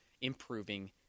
improving